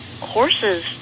horses